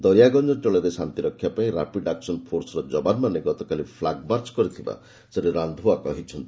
ଦରିଆଗଞ୍ଜ ଅଞ୍ଚଳରେ ଶାନ୍ତିରକ୍ଷା ପାଇଁ ରାପିଡ୍ଆକସନ୍ ଫୋର୍ସର ଯବାନମାନେ ଗତକାଲି ଫ୍ଲାଗ୍ମାର୍ଚ୍ଚ କରିଥିବା ଶ୍ରୀ ରାନ୍ଧଓ୍ୱା କହିଛନ୍ତି